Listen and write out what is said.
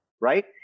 right